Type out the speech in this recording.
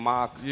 Mark